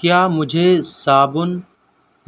کیا مجھے صابن